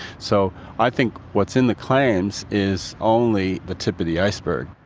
so i think what's in the claims is only the tip of the iceberg.